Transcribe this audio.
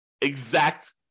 exact